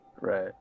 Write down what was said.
Right